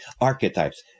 archetypes